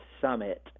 summit